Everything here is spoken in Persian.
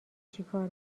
چیکار